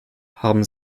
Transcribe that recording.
haben